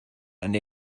and